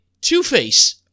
Two-Face